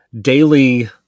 daily